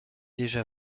déjà